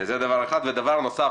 ודבר נוסף,